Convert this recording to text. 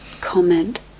comment